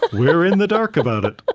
but we're in the dark about it